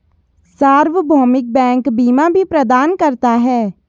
सार्वभौमिक बैंक बीमा भी प्रदान करता है